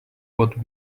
what